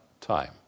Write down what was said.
time